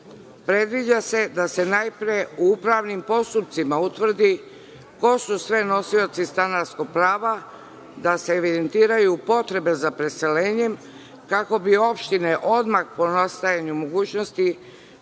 Predviđa se da se najpre u upravnim postupcima utvrdi ko su sve nosioci stanarskog prava, da se evidentiraju potrebe za preseljenjem, kako bi opštine odmah po nastajanju mogućnosti